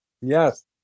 Yes